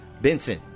Benson